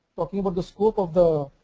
talking about the scope of the